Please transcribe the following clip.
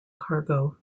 cargo